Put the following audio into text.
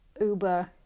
uber